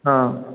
অঁ